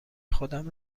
خودم